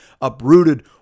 uprooted